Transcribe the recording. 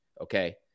okay